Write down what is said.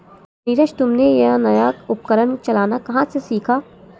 नीरज तुमने यह नया उपकरण चलाना कहां से सीखा?